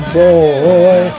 boy